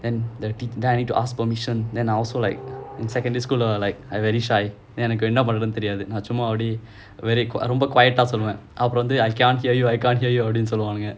and then I need ask permission then I also like in secondary school lah like I very shy எனக்கு என்ன பண்ணனும் தெரியாது நான் சும்மா ஒடனே ரொம்ப:ennakku enna pannanum teriyaathu naan chumma odanae romba quiet ah சொல்லுவேன் அப்புறம் வந்து:solluvaen appuram vanthu I can't hear you I can't hear you சொல்லுவாங்க:solluvaanga